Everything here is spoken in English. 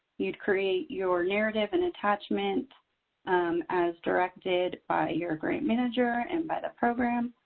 you'd create your narrative and attachment as directed by your grant manager and by the program.